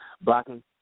blocking